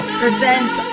presents